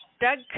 Doug